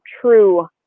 true